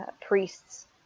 priests